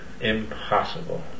Impossible